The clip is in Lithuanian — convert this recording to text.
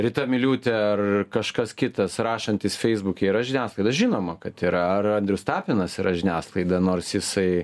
rita miliūtė ar kažkas kitas rašantis feisbuke yra žiniasklaida žinoma kad yra ar andrius tapinas yra žiniasklaida nors jisai